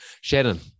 Shannon